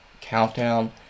Countdown